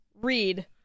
read